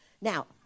Now